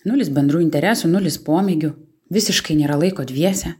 nulis bendrų interesų nulis pomėgių visiškai nėra laiko dviese